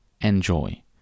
enjoy